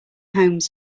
homes